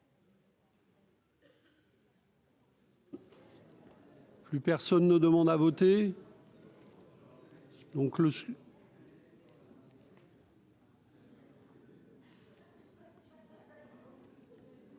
Plus personne ne demande à voter.